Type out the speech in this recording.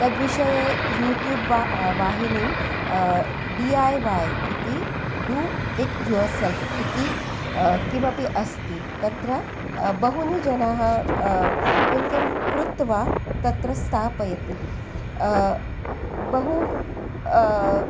तद्विषये यूट्यूब् वा वाहिनीं डी ऐ वै इति डु इट् युवर् सेल्फ़् इति किमपि अस्ति तत्र बहूनि जनाः किं किं कृत्वा तत्र स्थापयति बहु